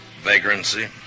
Vagrancy